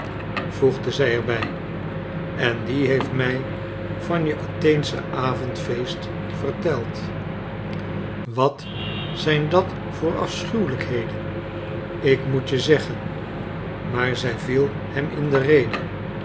voegde zij er bij en die heeft mij van je atheensche avondfeest verteld wat zijn dat voor afschuwelijkheden ik moet je zeggen maar zij viel hem in de rede